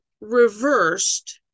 reversed